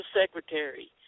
Secretary